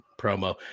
promo